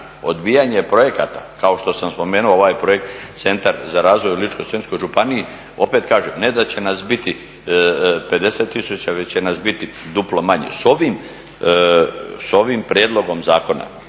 odbijanje projekata kao što sam spomenuo ovaj projekt Centar za razvoj u Ličko-senjskoj županiji, opet kažem, ne da će nas biti 50 tisuća već će nas biti duplo manje. S ovim prijedlogom zakona,